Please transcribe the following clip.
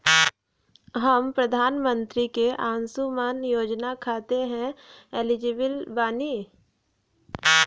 हम प्रधानमंत्री के अंशुमान योजना खाते हैं एलिजिबल बनी?